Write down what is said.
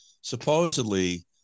Supposedly